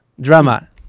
drama